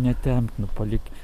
netempk nu palik